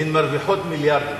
והן מרוויחות מיליארדים,